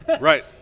Right